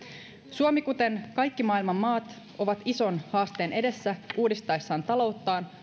suomi kuten kaikki maailman maat on ison haasteen edessä uudistaessaan talouttaan